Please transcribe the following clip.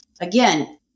again